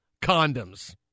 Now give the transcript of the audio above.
condoms